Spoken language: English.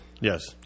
Yes